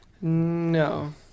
no